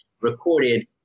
recorded